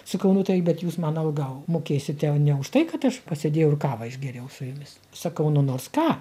sakau nu taip bet jūs man algą mokėsite o ne už tai kad aš pasėdėjau ir kavą išgėriau su jumis sakau nu nors ką